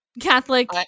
Catholic